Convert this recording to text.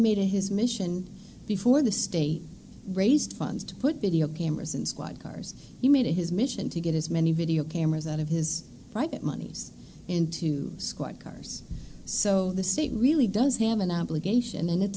made it his mission before the state raised funds to put video cameras in squad cars he made it his mission to get as many video cameras out of his private monies into squad cars so the state really does have an obligation and it's